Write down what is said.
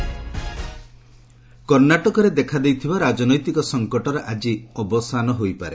Karnataka trust vote କର୍ଣ୍ଣାଟକରେ ଦେଖାଦେଇଥିବା ରାଜନୈତିକ ସଫକଟର ଆଜି ଅବସାନ ହୋଇପାରେ